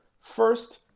First